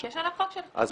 בקשר לחוק שלך.